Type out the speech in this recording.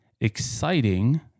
exciting